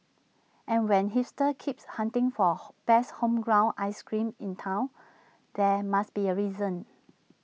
and when hipsters keep hunting for best homegrown ice creams in Town there must be A reason